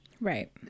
Right